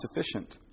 sufficient